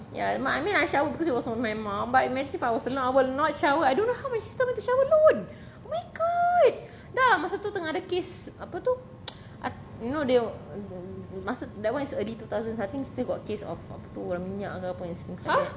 ya but I mean I shower because it was with my mum but imagine if I was I was alone I will not shower I don't know how my sister went to shower alone oh my god dah lah masa tu tengah ada case apa tu you know they masa that [one] is early two thousand still got case of apa tu orang minyak ke apa kan something like that